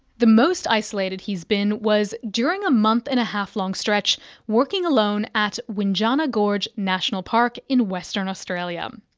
the most isolated he's been was during a month and a half long stretch working alone at windjana gorge national park in western australia. um